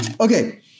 Okay